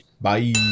bye